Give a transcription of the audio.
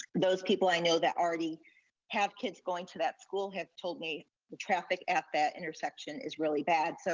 those people i know that already have kids going to that school have told me traffic at that intersection is really bad. so